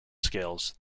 scales